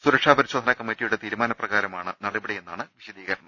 സുരക്ഷാ പരിശോധനാ കമ്മിറ്റിയുടെ തീരുമാ നപ്രകാരമാണ് നടപടിയെന്നാണ് വിശദീകരണം